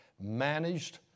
managed